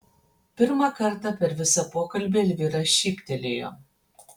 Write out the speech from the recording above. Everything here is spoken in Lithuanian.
pirmą kartą per visą pokalbį elvyra šyptelėjo